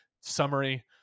summary